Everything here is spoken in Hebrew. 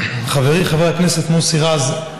חברי חבר הכנסת מוסי רז,